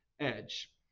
edge